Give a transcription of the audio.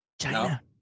China